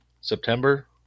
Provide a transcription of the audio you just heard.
September